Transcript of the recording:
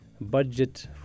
Budget